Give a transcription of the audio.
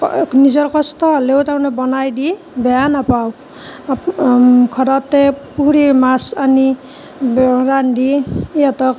নিজৰ কষ্ট হ'লেও তাৰমানে বনাই দি বেয়া নাপাওঁ ঘৰতে পুখুৰীৰ মাছ আনি ৰান্ধি সিহঁতক